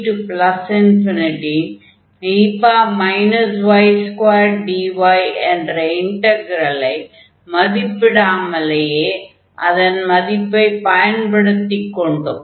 ∞e y2dy என்ற இன்டக்ரலை மதிப்பிடாமலேயே பயன்படுத்திக் கொண்டோம்